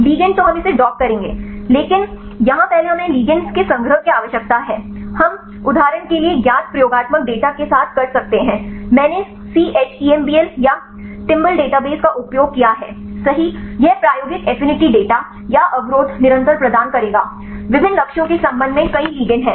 Ligand तो हम इसे डॉक करेंगे लेकिन यहां पहले हमें ligands के संग्रह की आवश्यकता है हम उदाहरण के लिए ज्ञात प्रयोगात्मक डेटा के साथ कर सकते हैं मैंने ChEMBL या टिंबल डेटाबेस का उपयोग किया है सही यह प्रायोगिक एफिनिटी डेटा या अवरोध निरंतर प्रदान करेगा विभिन्न लक्ष्यों के संबंध में कई लिगेंड हैं